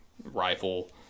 rifle